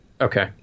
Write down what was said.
Okay